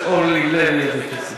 חברת הכנסת אורלי לוי אבקסיס,